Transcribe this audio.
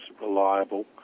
reliable